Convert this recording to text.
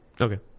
Okay